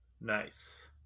Nice